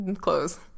clothes